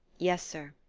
yes, sir.